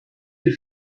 you